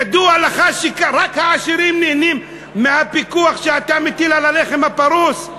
ידוע לך שרק העשירים נהנים מהפיקוח שאתה מטיל על הלחם הפרוס?